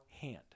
hand